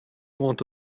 want